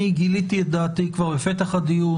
אני גיליתי את דעתי כבר בפתח הדיון.